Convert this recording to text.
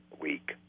week